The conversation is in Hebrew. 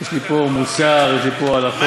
יש לי פה מוסר, יש לי פה הלכות.